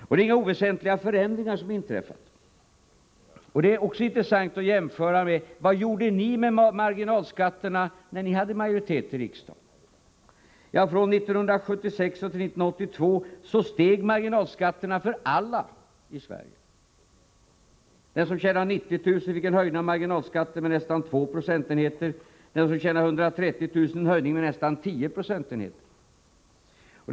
Det är ingen oväsentlig förändring som har inträffat. Det är också intressant att jämföra med vad ni gjorde med marginalskatterna när ni hade majoritet i riksdagen. Från 1976 till 1982 steg marginalskatterna för alla i Sverige. Den som tjänade 90 000 fick en höjning av marginalskatten med nästan 2 procentenheter, och den som tjänade 130 000 en höjning med nästan 10 procentenheter.